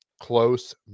close